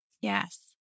Yes